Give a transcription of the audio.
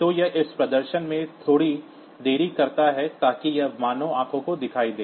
तो यह इस प्रदर्शन में थोड़ी देरी करता है ताकि यह मानव आंखों को दिखाई दे